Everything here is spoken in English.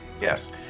yes